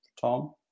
Tom